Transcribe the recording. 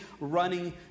running